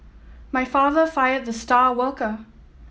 my father fired the star worker